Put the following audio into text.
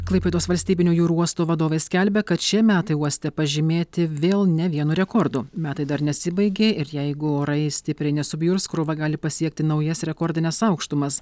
klaipėdos valstybinio jūrų uosto vadovai skelbia kad šie metai uoste pažymėti vėl ne vienu rekordu metai dar nesibaigė ir jeigu orai stipriai nesubjurs krova gali pasiekti naujas rekordines aukštumas